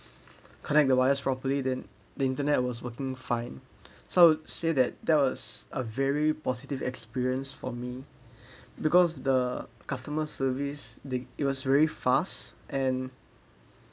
connect the wires properly then the internet was working fine so say that there was a very positive experience for me because the customer service the it was very fast and